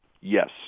Yes